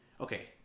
Okay